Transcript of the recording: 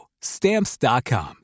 Stamps.com